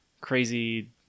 crazy